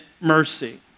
mercy